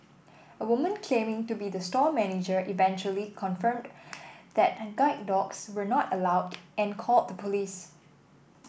a woman claiming to be the store manager eventually confirmed that guide dogs were not allowed and called the police